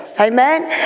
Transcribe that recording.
Amen